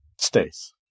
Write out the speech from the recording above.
Stace